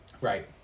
Right